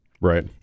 Right